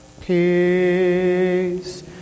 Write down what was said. Peace